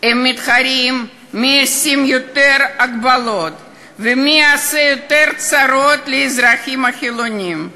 מתחרים מי ישים יותר הגבלות ומי יעשה יותר צרות לאזרחים החילונים.